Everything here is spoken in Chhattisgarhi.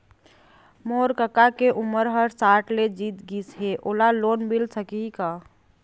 मोर कका के उमर ह साठ ले जीत गिस हे, ओला लोन मिल सकही का?